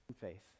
faith